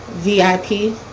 VIP